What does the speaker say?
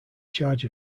charge